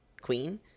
queen